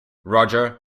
roger